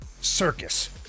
circus